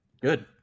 Good